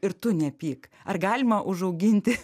ir tu nepyk ar galima užauginti